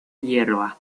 hierba